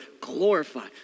glorify